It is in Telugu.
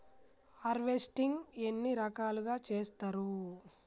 హార్వెస్టింగ్ ఎన్ని రకాలుగా చేస్తరు?